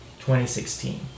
2016